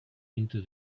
into